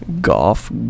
Golf